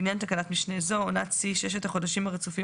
לעניין תקנת משנה זו - "עונת שיא" - ששת החודשים הרצופים